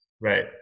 Right